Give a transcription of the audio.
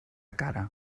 cara